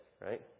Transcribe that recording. Right